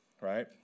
right